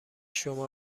شما